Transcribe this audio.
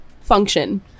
function